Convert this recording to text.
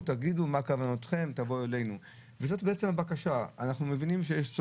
אנחנו לא